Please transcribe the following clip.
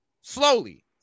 Slowly